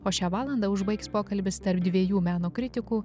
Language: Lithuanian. o šią valandą užbaigs pokalbis tarp dviejų meno kritikų